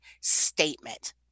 statement